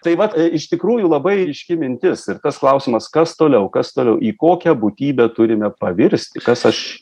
tai vat iš tikrųjų labai ryški mintis ir tas klausimas kas toliau kas toliau į kokią būtybę turime pavirsti kas aš